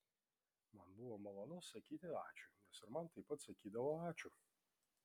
man buvo malonu sakyti ačiū nes ir man taip pat sakydavo ačiū